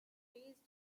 faced